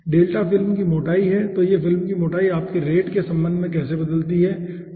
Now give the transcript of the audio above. delta film की मोटाई है तो यह फिल्म की मोटाई आपकी रेट के संबंध में कैसे बदलती है ठीक है